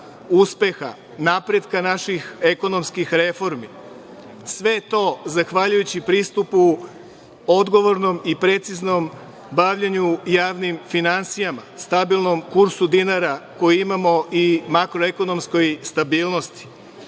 uspeha, napretka naših ekonomskih reformi. Sve to zahvaljujući pristupu, odgovornom i preciznom bavljenju javnim finansijama, stabilnom kursu dinara koji imamo i makroekonomskoj stabilnosti.